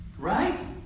Right